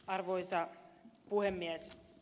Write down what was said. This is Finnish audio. arvoisa puhemies